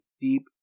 deep